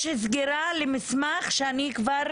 יש לי סגירה של מסמך שכבר